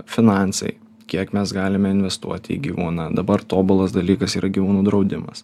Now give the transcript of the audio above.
finansai kiek mes galime investuoti į gyvūną dabar tobulas dalykas yra gyvūnų draudimas